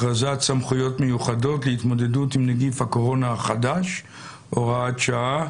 הכרזת סמכויות מיוחדות להתמודדות עם נגיף הקורונה החדש (הוראת שעה)